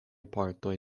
partoj